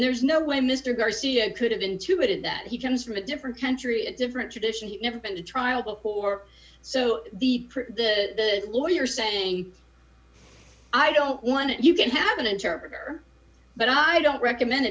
there's no way mr garcia could have intuited that he comes from a different country a different tradition you've never been to trial before so the lawyer saying i don't want it you can have an interpreter but i don't recommend it